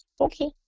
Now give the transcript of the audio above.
Okay